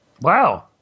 Wow